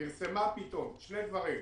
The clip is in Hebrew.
פרסמה פתאום שני דברים: